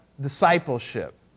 discipleship